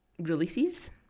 releases